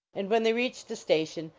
and when they reached the station,